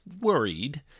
worried